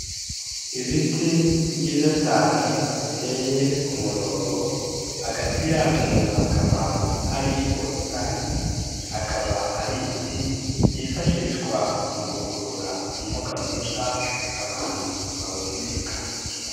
Ibiti byiza cyane biteye ku murongo hagati yabyo hakaba hari ubusitani, akaba ari ibiti byifashishwa mu gukurura umwuka mwiza abantu bahumeka.